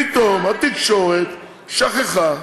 פתאום התקשורת שכחה